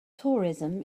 tourism